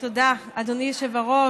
תודה, אדוני היושב-ראש.